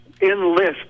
enlist